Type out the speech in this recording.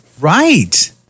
Right